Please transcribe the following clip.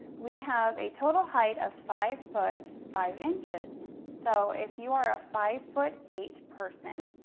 we have a total height of five foot, five inches. so if you are a five foot eight person,